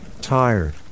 tired